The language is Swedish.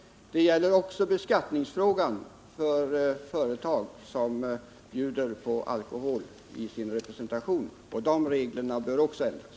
Det gäller också beskattningen av företag som bjuder på alkohol i sin representation. Reglerna för sådan beskattning bör ändras.